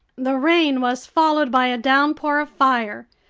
the rain was followed by a downpour of fire.